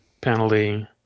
penalty